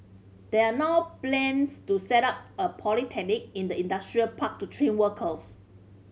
there are now plans to set up a polytechnic in the industrial park to train workers